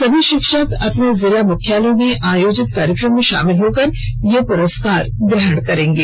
सभी शिक्षक अपने जिला मुख्यालयों में आयोजित कार्यक्रम में शामिल होकर ये पुरस्कार ग्रहण करेंगे